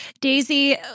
Daisy